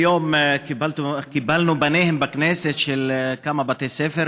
היום קיבלנו בכנסת את פניהם של כמה בתי ספר,